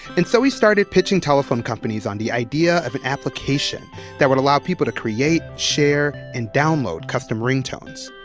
and so he started pitching telephone companies on the idea of an application that would allow people to create, share and download custom ringtones.